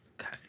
Okay